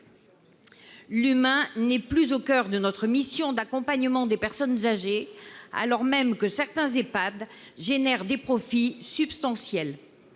L'humain n'est plus au coeur de notre mission d'accompagnement des personnes âgées, alors même que certains Ehpad génèrent des profits substantiels.